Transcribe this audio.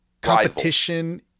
competition